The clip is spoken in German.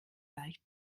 leicht